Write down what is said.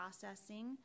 processing